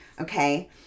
Okay